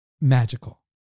magical